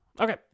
Okay